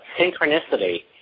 Synchronicity